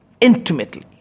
intimately